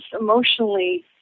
emotionally